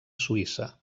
suïssa